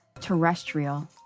terrestrial